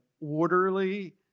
orderly